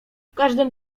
każdym